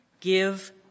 give